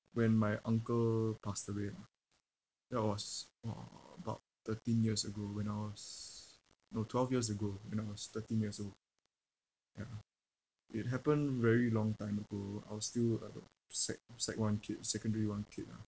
when my uncle passed away lah that was uh about thirteen years ago when I was no twelve years ago when I was thirteen years old ya it happened very long time ago I was still a sec~ sec~ one kid secondary one kid lah